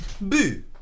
Boo